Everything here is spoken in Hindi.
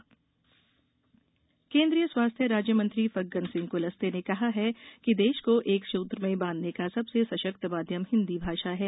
हिन्दी संगोष्ठी केन्द्रीय स्वास्थ्य राज्यमंत्री फग्गन सिंह कुलस्ते ने कहा है कि देश को एक सूत्र में बांधने का सबसे सशक्त माध्यम हिन्दी भाषा है